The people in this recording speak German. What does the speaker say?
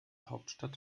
hauptstadt